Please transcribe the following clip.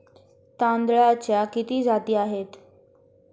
तांदळाच्या किती जाती आहेत?